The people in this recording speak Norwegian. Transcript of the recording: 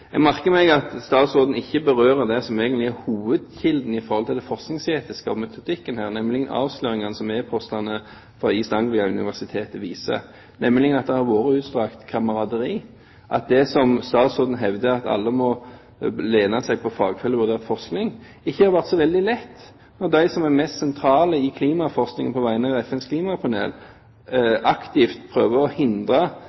Jeg merker meg at statsråden ikke berører det som egentlig er hovedkilden når det gjelder det forskningsetiske og metodikken her, nemlig det avsløringene om e-postene fra East Anglia-universitetet viser, at det har vært utstrakt kameraderi. Det som statsråden hevder, at alle må lene seg på fagfelt hvor det har vært gjort forskning, har ikke vært så veldig lett når de mest sentrale på klimaforskning, på vegne av FNs klimapanel,